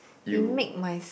he make my